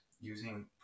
using